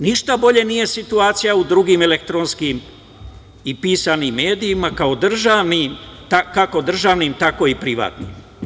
Ništa bolje nije situacija u drugim elektronskim i pisanim medijima kako državnim, tako i privatnim.